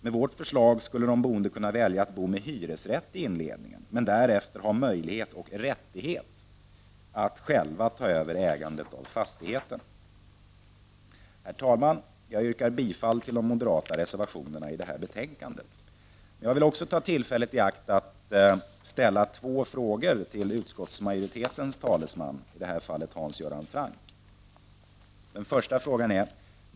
Med vårt förslag skulle de boende kunna välja att bo med hyresrätt i inledningen men därefter ha möjlighet och rättighet att själva ta över ägandet av fastigheten. Herr talman! Jag yrkar bifall till de moderata reservationerna i detta betänkande. Jag vill ta tillfället i akt och ställa två frågor till utskottsmajoritetens talesman här, Hans Göran Franck: 1.